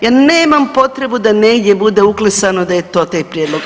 Ja nemam potrebu da negdje bude uklesano da je to taj prijedlog.